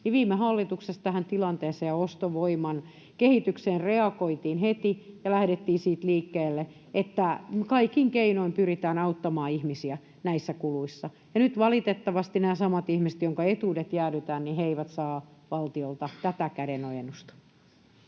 viime hallituksessa tähän tilanteeseen ja ostovoiman kehitykseen reagoitiin heti ja lähdettiin siitä liikkeelle, että kaikin keinoin pyritään auttamaan ihmisiä näissä kuluissa. Nyt valitettavasti nämä samat ihmiset, joiden etuudet jäädytetään, eivät saa valtiolta tätä kädenojennusta.